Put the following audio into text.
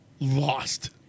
Lost